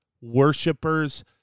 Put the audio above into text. worshippers